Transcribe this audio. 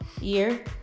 year